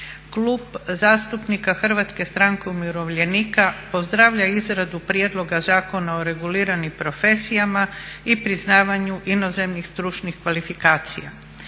Klub zastupnika Hrvatske stranke umirovljenika pozdravlja izradu Prijedloga zakona o reguliranim profesijama i priznavanju inozemnih stručnih kvalifikacija.